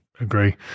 Agree